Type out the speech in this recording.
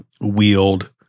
wield